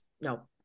no